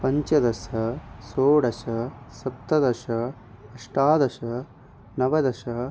पञ्चदश षोडश सप्तदश अष्टादश नवदश